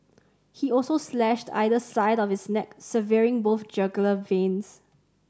he also slashed either side of his neck severing both jugular veins